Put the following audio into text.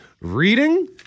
Reading